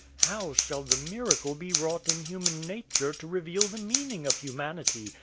how shall the miracle be wrought in human nature to reveal the meaning of humanity?